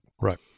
Right